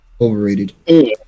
Overrated